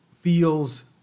feels